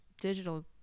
digital